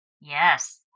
Yes